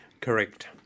Correct